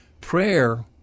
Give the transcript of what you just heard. Prayer